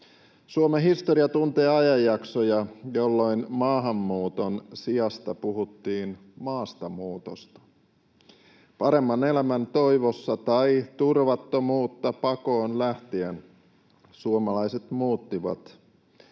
Suomen historia tuntee ajanjaksoja, jolloin maahanmuuton sijasta puhuttiin maastamuutosta. Paremman elämän toivossa tai turvattomuutta pakoon lähtien suomalaiset muuttivat,